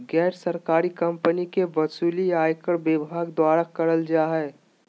गैर सरकारी कम्पनी के वसूली आयकर विभाग द्वारा करल जा हय